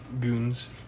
goons